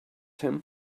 him